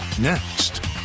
next